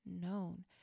known